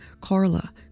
Carla